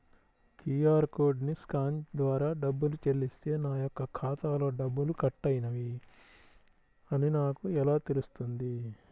QR కోడ్ని scan ద్వారా డబ్బులు చెల్లిస్తే నా యొక్క ఖాతాలో డబ్బులు కట్ అయినవి అని నాకు ఎలా తెలుస్తుంది?